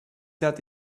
that